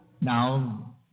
Now